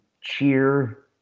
cheer